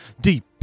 deep